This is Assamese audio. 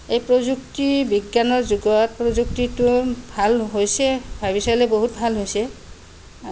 এই প্ৰযুক্তি বিজ্ঞানৰ যুগত প্ৰযুক্তিটো ভাল হৈছে ভাবি চালে বহুত ভাল হৈছে